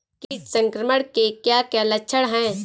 कीट संक्रमण के क्या क्या लक्षण हैं?